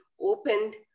opened